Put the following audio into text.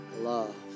love